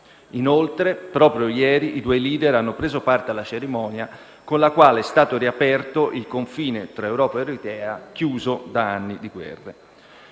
Inoltre, proprio ieri, i due *leader* hanno preso parte alla cerimonia con la quale è stato riaperto il confine fra Etiopia ed Eritrea, chiuso da anni di guerre.